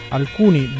alcuni